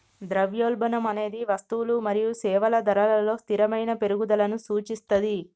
ద్రవ్యోల్బణం అనేది వస్తువులు మరియు సేవల ధరలలో స్థిరమైన పెరుగుదలను సూచిస్తది